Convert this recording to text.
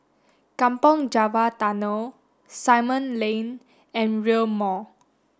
Kampong Java Tunnel Simon Lane and Rail Mall